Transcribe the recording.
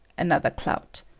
another clout.